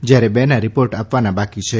જ્યારે બેના રિપોર્ટ આપવાના બાકી છે